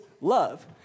love